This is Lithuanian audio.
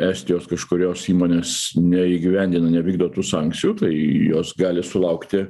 estijos kažkurios įmonės neįgyvendino nevykdo tų sankcijų tai jos gali sulaukti